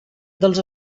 dels